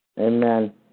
Amen